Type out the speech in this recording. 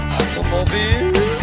Automobile